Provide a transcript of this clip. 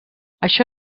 això